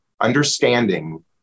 understanding